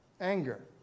anger